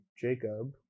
jacob